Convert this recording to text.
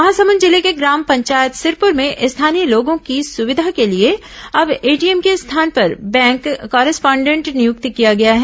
महासमुंद जिले के ग्राम पंचायत सिरपुर में स्थानीय लोगों की सुविधा के लिए अब एटीएम के स्थान पर बैंक करेस्पॉडेंड नियुक्त किया है